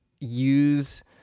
use